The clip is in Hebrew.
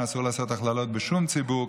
אסור לעשות הכללות בשום ציבור,